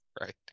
right